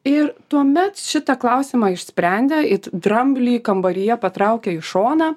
ir tuomet šitą klausimą išsprendė it dramblį kambaryje patraukė į šoną